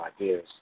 ideas